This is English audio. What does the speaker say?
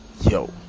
yo